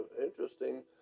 interesting